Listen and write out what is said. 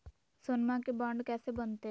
सोनमा के बॉन्ड कैसे बनते?